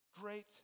great